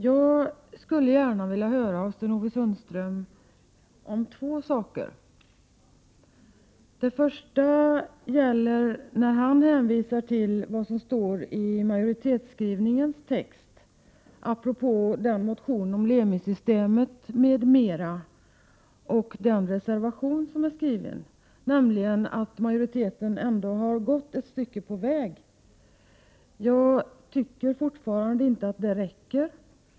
Det är två saker som jag gärna vill höra Sten-Ove Sundström säga något om. Han hänvisar till vad som står i majoritetsskrivningens text apropå motionen om Lemisystemet m.m. och den reservation som bygger på den motionen, nämligen att majoriteten ändå har gått ett stycke på väg. Jag tycker fortfarande inte att det räcker.